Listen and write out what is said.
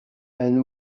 and